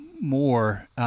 more